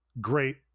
great